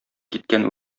киткән